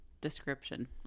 description